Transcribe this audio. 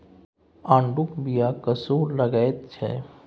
आड़ूक बीया कस्सो लगैत छै